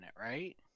right